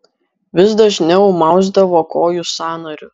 vis dažniau mausdavo kojų sąnarius